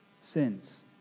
sins